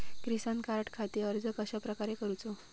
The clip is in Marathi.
किसान कार्डखाती अर्ज कश्याप्रकारे करूचो?